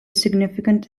significant